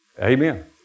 Amen